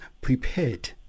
prepared